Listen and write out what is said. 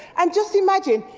and just imagine,